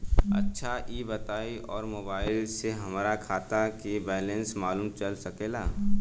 अच्छा ई बताईं और मोबाइल से हमार खाता के बइलेंस मालूम चल सकेला?